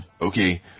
Okay